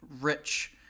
rich